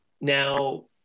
Now